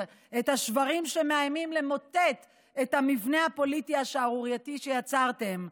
את השברים שמאיימים למוטט את המבנה הפוליטי השערורייתי שיצרתם.